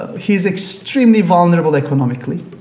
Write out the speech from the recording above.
he is extremely vulnerable economically.